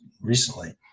recently